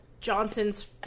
Johnson's